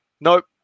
Nope